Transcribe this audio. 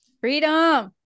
Freedom